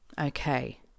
okay